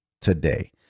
today